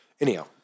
anyhow